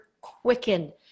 quicken